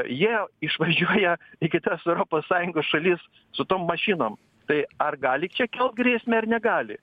jie išvažiuoja į kitas europos sąjungos šalis su tom mašinom tai ar gali čia kelt grėsmę ar negali